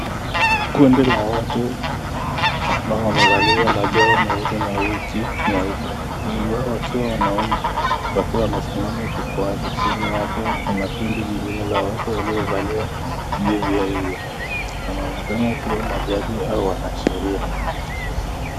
Kundi la watu ambao wamevalia majora meusi na wigi nyeupe. Wengi wao wakiwa wanaume wakiwa wamesimama jukwaani chini yake kuna kundi nyingine la watu waliovalia vivyo hivyo. Wanaonekana kuwa majaji hao ni wanasheria.